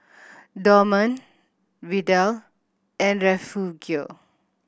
Dorman Vidal and Refugio